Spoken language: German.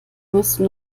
müssen